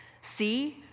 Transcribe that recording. See